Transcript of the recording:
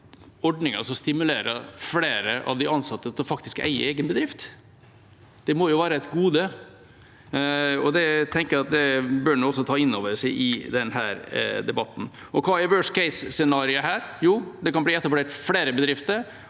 av – som stimulerer flere av de ansatte til faktisk å eie egen bedrift. Det må jo være et gode. Det tenker jeg at en bør ta inn over seg i denne debatten. Hva er «worst case»-scenarioet her? Jo, det kan bli etablert flere bedrifter,